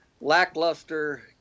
lackluster